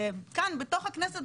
כאן בתוך הכנסת,